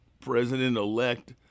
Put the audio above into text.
president-elect